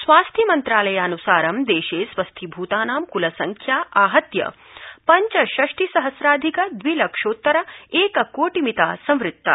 स्वास्थ्य मन्त्रालयान्सारं देशे स्वस्थीभूतानां क्लसंख्या आहत्य पञ्चषष्टि सहस्राधिक द्वि लक्षोत्तर एककोटि मिता संवृत्ता